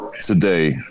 today